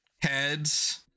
heads